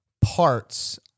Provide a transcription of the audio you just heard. parts